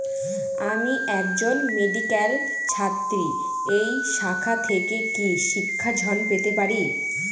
আমি একজন মেডিক্যাল ছাত্রী এই শাখা থেকে কি শিক্ষাঋণ পেতে পারি?